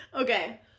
Okay